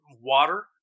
water